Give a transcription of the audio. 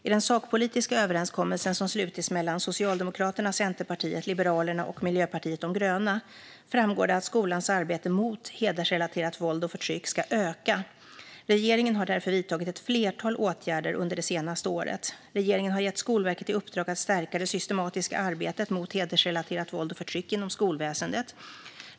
I den sakpolitiska överenskommelsen som slutits mellan Socialdemokraterna, Centerpartiet, Liberalerna och Miljöpartiet de gröna framgår det att skolans arbete mot hedersrelaterat våld och förtryck ska öka. Regeringen har därför vidtagit ett flertal åtgärder under det senaste året. Regeringen har gett Skolverket i uppdrag att stärka det systematiska arbetet mot hedersrelaterat våld och förtryck inom skolväsendet.